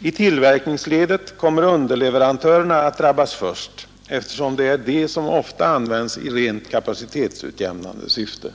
I tillverkningsledet kommer underleverantörerna att drabbas först, eftersom det är de som ofta används i rent kapacitetsutjämnande syfte.